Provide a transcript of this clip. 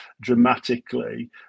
dramatically